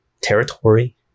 territory